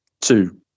two